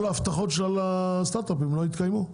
כל ההבטחות של הסטארטאפים לא יתקיימו.